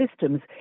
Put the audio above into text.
systems